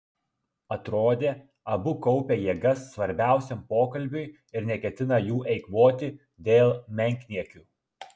atrodė abu kaupia jėgas svarbiausiam pokalbiui ir neketina jų eikvoti dėl menkniekių